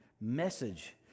message